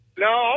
No